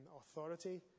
authority